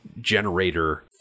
generator